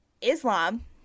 Islam